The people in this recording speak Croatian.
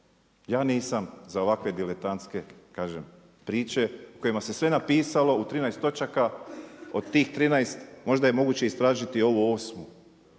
Ja nisam za ovakve diletantske, kažem priče u kojima se sve napisalo u 13 točaka. Od tih 13, možda je moguće istražiti ovu 8.,